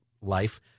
life